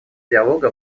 диалога